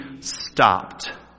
stopped